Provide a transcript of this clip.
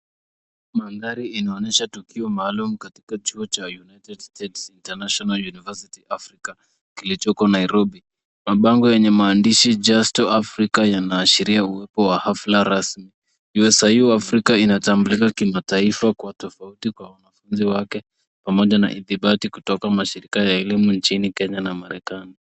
Mandhari inaonyesha tukio maalum katika chuo cha United States International University Africa, kilichoko Nairobi. Mabango yenye maandishi Justo Africa yanaashiria uwepo wa hafla rasmi. USIU Africa inatambulika kimataifa kuwa tofauti kwa wanafunzi wake, pamoja na ithibati kutoka mashirika ya elimu nchini Kenya na Marekani.